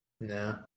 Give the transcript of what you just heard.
No